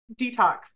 detox